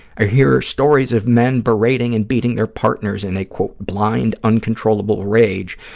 i hear stories of men berating and beating their partners in a, quote, blind, uncontrollable rage,